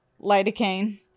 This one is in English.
Lidocaine